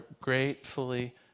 gratefully